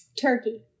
turkey